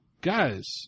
guys